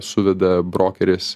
suveda brokeris